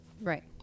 right